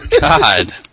God